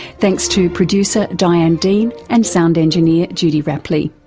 thanks to producer diane dean and sound engineer judy rapley.